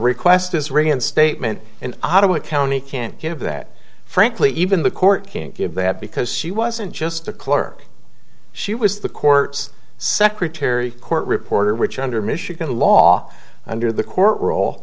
request is reinstatement and ottawa county can't give that frankly even the court can't give that because she wasn't just a clerk she was the court's secretary court reporter which under michigan law under the court rol